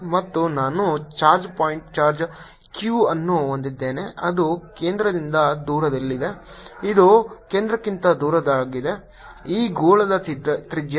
ಮತ್ತು ನಾನು charge point charge q ಅನ್ನು ಹೊಂದಿದ್ದೇನೆ ಅದು ಕೇಂದ್ರದಿಂದ ದೂರದಲ್ಲಿದೆ ಅದು ಕೇಂದ್ರಕ್ಕಿಂತ ದೊಡ್ಡದಾಗಿದೆ ಈ ಗೋಳದ ತ್ರಿಜ್ಯ